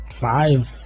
five